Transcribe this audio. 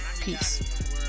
peace